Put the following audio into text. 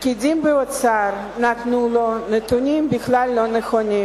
פקידי האוצר נתנו לו נתונים בכלל לא נכונים,